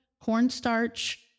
cornstarch